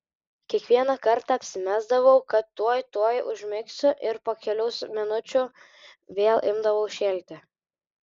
kiekvieną kartą apsimesdavau kad tuoj tuoj užmigsiu ir po kelių minučių vėl imdavau šėlti